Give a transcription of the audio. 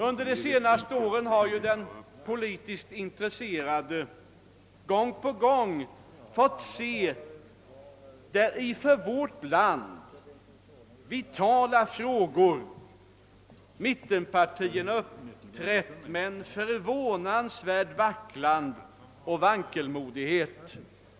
Under de senaste åren har den politiskt intresserade gång på gång kunnat iaktta att mittenpartierna i för vårt land vitala frågor uppträtt med en förvånansvärd vacklan och vankelmodighet.